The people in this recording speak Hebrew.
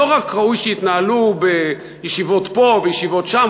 לא רק ראוי שיתנהלו בישיבות פה וישיבות שם,